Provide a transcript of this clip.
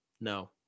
No